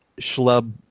schlub